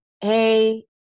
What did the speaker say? hey